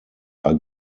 are